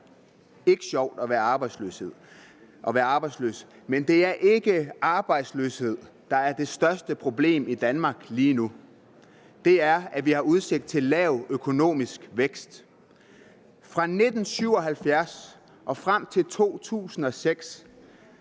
ikke sjovt at være arbejdsløs, men det er ikke arbejdsløshed, der er det største problem i Danmark lige nu, det er, at vi har udsigt til lav økonomisk vækst. Fra 1977 og frem til 2006